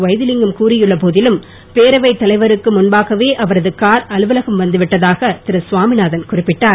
வைத்திலிங்கம் கூறியுள்ள போதிலும் பேரவைத் தலைவருக்கு முன்பாகவே அவரது கார் அலுவலகம் வந்து விட்டதாக திருகுவாமிநாதன் குறிப்பிட்டார்